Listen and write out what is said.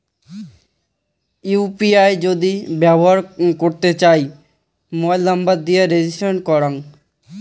UPI যদি ব্যবহর করতে চাই, মোবাইল নম্বর দিয়ে রেজিস্টার করাং